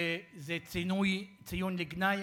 וזה ציון לגנאי.